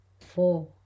Four